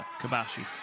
Kabashi